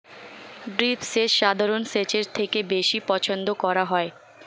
drip সেচ সাধারণ সেচের থেকে বেশি পছন্দ করা হয়